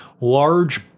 large